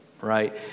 right